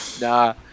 Nah